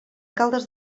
caldes